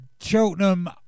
Cheltenham